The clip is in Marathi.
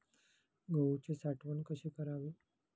गहूची साठवण कशी करावी?